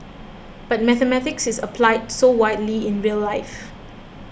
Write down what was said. but mathematics is applied so widely in real life